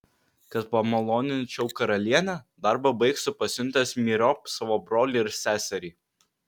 kad pamaloninčiau karalienę darbą baigsiu pasiuntęs myriop savo brolį ir seserį